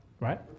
right